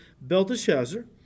Belteshazzar